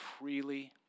freely